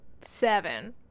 seven